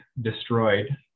destroyed